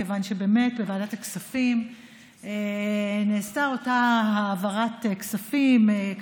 מכיוון שבוועדת הכספים באמת נעשתה אותה העברת כספים,